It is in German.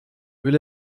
will